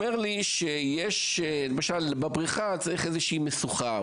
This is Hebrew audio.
שאם למשל יש בבריכה איזושהי משוכה,